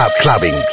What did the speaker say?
Clubbing